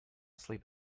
sleep